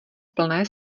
plné